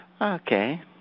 Okay